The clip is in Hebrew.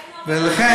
ולכן,